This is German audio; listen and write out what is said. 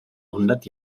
hundert